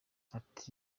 ati